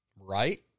right